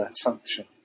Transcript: function